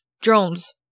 drones